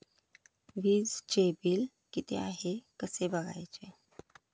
वीजचे बिल किती आहे कसे बघायचे?